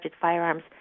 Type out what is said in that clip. firearms